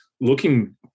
looking